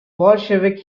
bolshevik